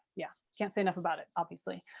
yeah. can't say enough about it obviously.